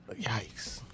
yikes